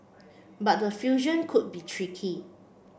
but the fusion could be tricky